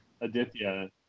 Aditya